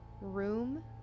room